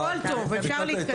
הכול טוב, אפשר להתקדם.